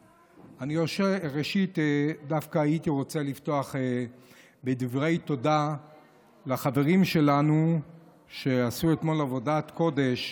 ראשית הייתי רוצה לפתוח בדברי תודה לחברים שלנו שעשו אתמול עבודת קודש